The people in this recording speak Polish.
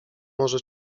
może